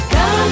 Come